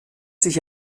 sich